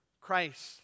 Christ